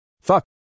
Fuck